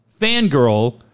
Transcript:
Fangirl